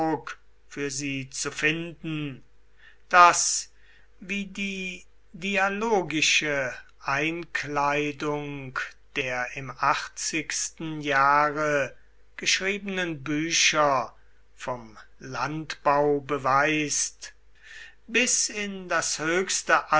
für sie zu finden das wie die dialogische einkleidung der im achtzigsten jahre geschriebenen bücher vom landbau beweist bis in das höchste